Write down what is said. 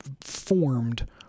formed